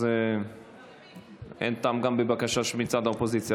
אז אין טעם גם בבקשה מצד האופוזיציה.